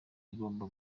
igomba